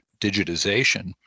digitization